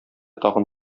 тагын